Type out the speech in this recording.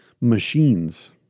machines